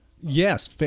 Yes